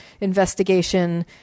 investigation